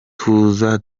tuza